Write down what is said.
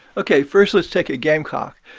ok. first, let's take a gamecock.